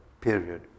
period